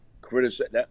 criticism